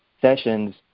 sessions